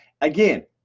Again